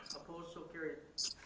opposed? so carried.